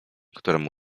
któremu